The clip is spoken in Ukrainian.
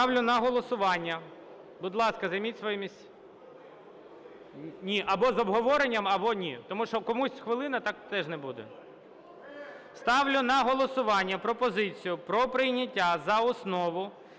Ставлю на голосування пропозицію про прийняття за основу